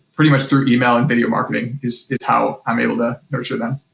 pretty much through email and video marketing, is is how i'm able to nurture them.